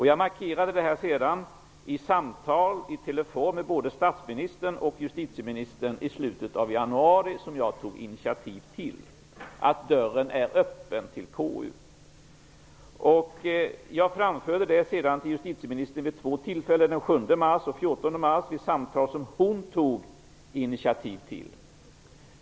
Jag markerade sedan i samtal per telefon, som jag tog initiativ till, med både statsministern och justitieministern i slutet av januari att dörren till KU är öppen. Jag framförde det också till justitieministern vid två tillfällen -- den 7 mars och den 14 mars -- i samtal som hon tog initiativ till.